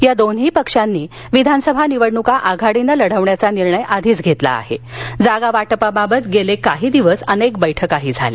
या दोन्ही पक्षांनी विघानसभा निवडण्का आघाडीनं लढवण्याचा निर्णय आधीच घेतला आहे जागावाटपाबाबत गेले काही दिवस अनेक बैठकाही झाल्या